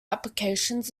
applications